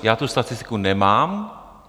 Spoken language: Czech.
Já tu statistiku nemám.